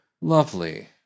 Lovely